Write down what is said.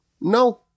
No